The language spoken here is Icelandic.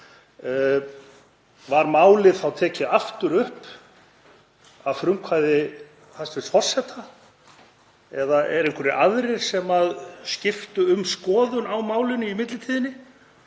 Var málið tekið aftur upp að frumkvæði hæstv. forseta eða eru einhverjir aðrir sem skiptu um skoðun á málinu í millitíðinni?